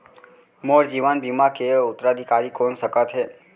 मोर जीवन बीमा के उत्तराधिकारी कोन सकत हे?